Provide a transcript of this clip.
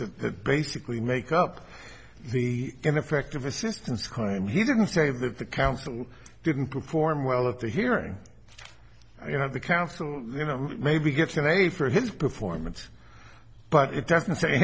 that basically make up the going effect of assistance crime he didn't say that the council didn't perform well at the hearing you know the council you know maybe gets an a for his performance but it doesn't say